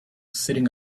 sitting